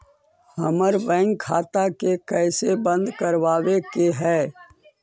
हमर बैंक खाता के कैसे बंद करबाबे के है?